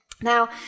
now